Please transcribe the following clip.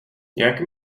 nějak